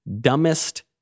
dumbest